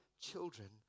children